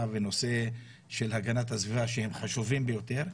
ונושא של הגנת הסביבה שהם חשובים ביותר,